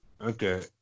Okay